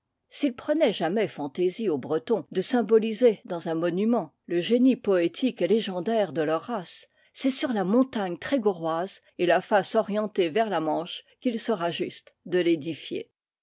s'il prenait jamais fantaisie aux bretons de symboliser dans un monu ment le génie poétique et légendaire de leur race c'est sur la montagne trégorroise et la face orientée vers la manche qu'il sera juste de